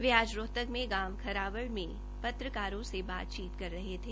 वे आज रोहतक के गांव खरांवड़ में पत्रकारों से बातचीत कर रहे थे